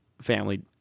family